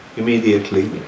immediately